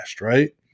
right